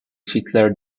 hitler